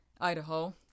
Idaho